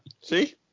see